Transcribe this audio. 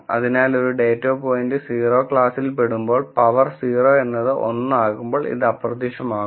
അതിനാൽ ഒരു data point 0 ക്ലാസ്സിൽ പെടുമ്പോൾ പവർ 0 എന്നത്1 ആകുമ്പോൾ ഇത് അപ്രത്യക്ഷമാകും